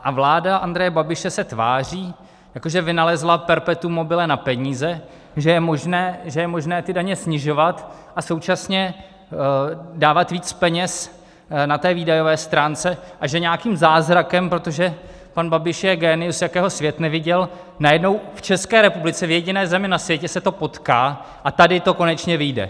A vláda Andreje Babiše se tváří, jako že vynalezla perpetuum mobile na peníze, že je možné ty daně snižovat a současně dávat víc peněz na té výdajové stránce a že nějakým zázrakem, protože pan Babiš je génius, jakého svět neviděl, najednou v České republice, v jediné zemi na světě, se to potká a tady to konečně vyjde.